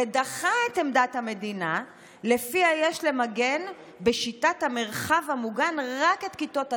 ודחה את עמדת המדינה שלפיה יש למגן בשיטת המרחב המוגן רק את כיתות הטפח,